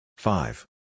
Five